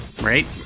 right